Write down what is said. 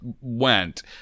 went